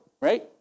right